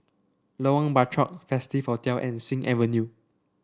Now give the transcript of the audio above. Lorong Bachok Festive Hotel and Sing Avenue